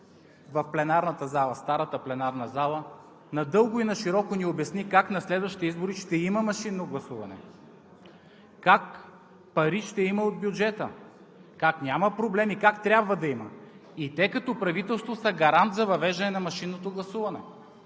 Дончев в старата пленарна зала надълго и нашироко ни обясни как на следващите избори ще има машинно гласуване, как пари ще има от бюджета, как няма проблеми, как трябва да има и те като правителство са гарант за въвеждане на машинното гласуване.